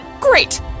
Great